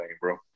bro